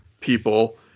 people